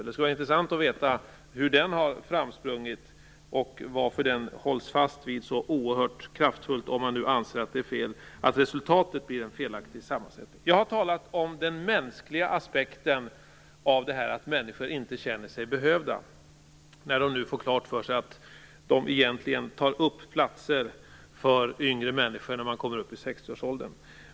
Det skulle vara intressant att veta hur den har framsprungit och varför man så kraftfullt håller fast vid den om man nu anser att resultatet blir en felaktig sammansättning. Jag har talat om den mänskliga aspekten. Människor i 60-årsåldern känner sig inte behövda när de nu får klart för sig att de egentligen tar upp platser för yngre människor.